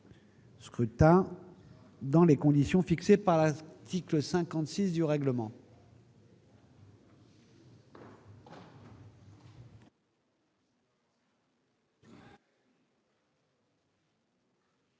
scrutin dans les conditions fixées par l'article 56 du règlement.